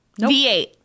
V8